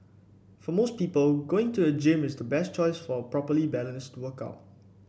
for most people going to a gym is the best choice for a properly balanced workout